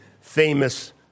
famous